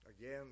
Again